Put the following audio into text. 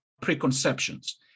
preconceptions